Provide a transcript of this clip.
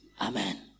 Amen